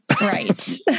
Right